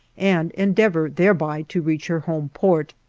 and endeavor thereby to reach her home port.